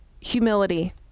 Humility